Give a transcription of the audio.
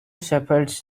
shepherds